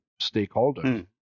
stakeholders